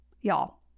Y'all